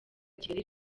kigali